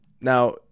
now